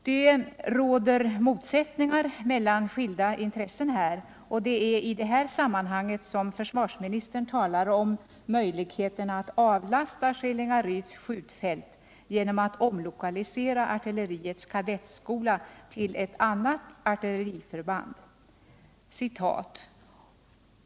Det råder motsättningar mellan skilda intressen här, och det är i detta sammanhang som försvarsministern talar om möjligheterna att avlasta Skillingaryds skjutfält genom att "omlokalisera artilleriets kadettskola till annat artilleriförband.